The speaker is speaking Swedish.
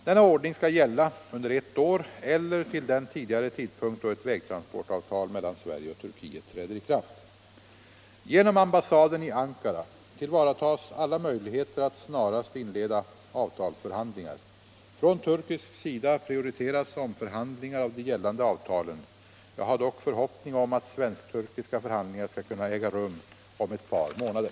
Denna ordning skall gälla under ett år eller till den tidigare tidpunkt då ett vägtransportavtal mellan Sverige och Turkiet träder i kraft. Genom ambassaden i Ankara tillvaratas alla möjligheter att snarast inleda avtalsförhandlingar. Från turkisk sida prioriteras omförhandlingar av de gällande avtalen. Jag har dock förhoppning om att svensk-turkiska förhandlingar skall kunna äga rum om ett par månader.